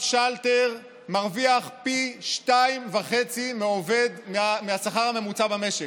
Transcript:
שלטר מרוויח פי 2.5 מהשכר הממוצע במשק?